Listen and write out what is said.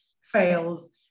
fails